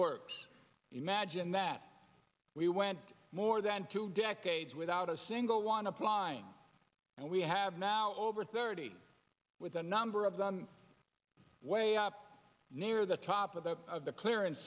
works imagine that we went more than two decades without a single one applying and we have now over thirty with a number of the way up near the top of the of the clearance